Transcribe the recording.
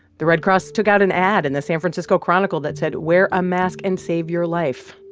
the red cross took out an ad in the san francisco chronicle that said, wear a mask and save your life.